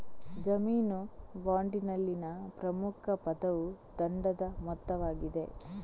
ಜಾಮೀನು ಬಾಂಡಿನಲ್ಲಿನ ಪ್ರಮುಖ ಪದವು ದಂಡದ ಮೊತ್ತವಾಗಿದೆ